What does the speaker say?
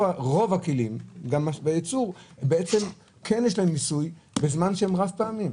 רוב הכלים בעצם יש עליהם מיסוי למרות שהם רב-פעמיים.